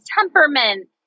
temperament